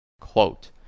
Quote